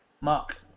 Mark